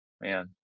Man